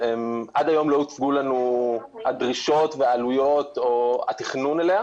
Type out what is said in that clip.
עד היום לא הוצגו לנו הדרישות והעלויות או התכנון שלה.